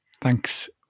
Thanks